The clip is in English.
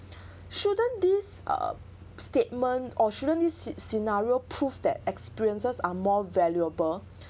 shouldn't these uh statement or shouldn't these sce~ scenario prove that experiences are more valuable